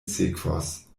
sekvos